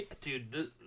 dude